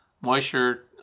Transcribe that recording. moisture